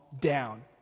down